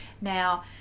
now